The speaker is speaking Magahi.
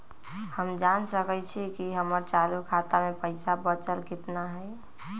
हम जान सकई छी कि हमर चालू खाता में पइसा बचल कितना हई